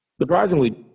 Surprisingly